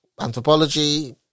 anthropology